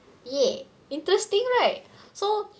yeah interesting right so